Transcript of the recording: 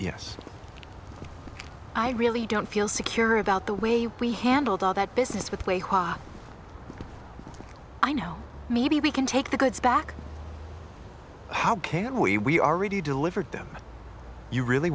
yes i really don't feel secure about the way we handled all that business with way high i know maybe we can take the goods back how can we we already delivered them you really